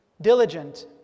diligent